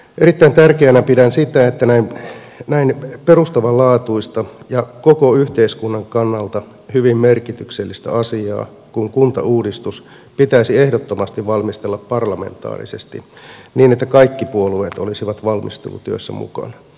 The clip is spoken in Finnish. erittäin tärkeänä pidän sitä että näin perustavanlaatuista ja koko yhteiskunnan kannalta hyvin merkityksellistä asiaa kuin kuntauudistus pitäisi ehdottomasti valmistella parlamentaarisesti niin että kaikki puolueet olisivat valmistelutyössä mukana